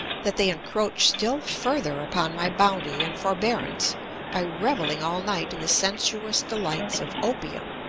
that they encroach still further upon my bounty and forbearance by revelling all night in the sensuous delights of opium,